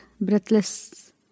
breathless